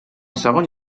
segon